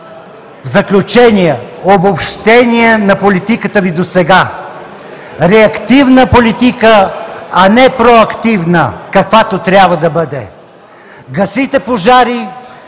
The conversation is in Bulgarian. В заключение, обобщение на политиката Ви досега. Реактивна политика, а не проактивна, каквато трябва да бъде. Гасите пожари,